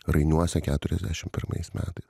rainiuose keturiasdešim pirmais metais